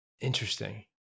Interesting